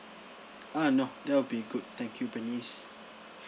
uh no that will be good thank you bernice